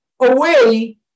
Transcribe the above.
away